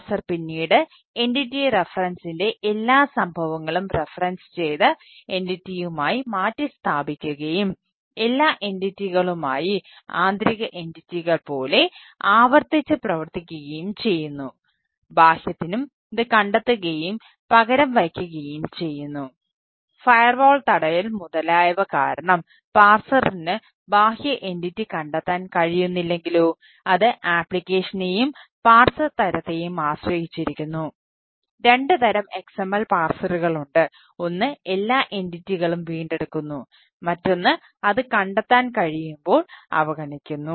parser വീണ്ടെടുക്കുന്നു മറ്റൊന്ന് അത് കണ്ടെത്താൻ കഴിയുമ്പോൾ അവഗണിക്കുന്നു